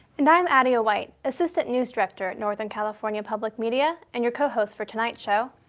and i'm adia white, assistant news director at northern california public media, and your cohost for tonight's show.